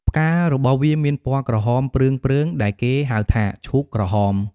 ផ្ការបស់វាមានពណ៌ក្រហមព្រឿងៗ ដែលគេហៅថា ឈូកក្រហម។